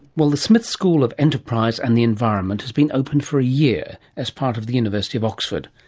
well the smith school of enterprise and the environment has been open for a year as part of the university of oxford.